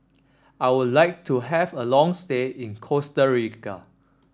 I would like to have a long stay in Costa Rica